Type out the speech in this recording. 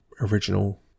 original